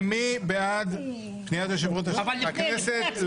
אני מתכבד לפתוח את ישיבת ועדת הכנסת.